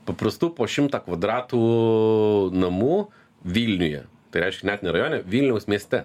paprastų po šimtą kvadratų namų vilniuje tai reiškia net ne rajone vilniaus mieste